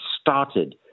started